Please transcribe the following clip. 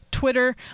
Twitter